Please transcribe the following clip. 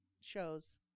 shows